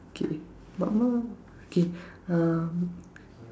okay okay um